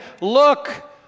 look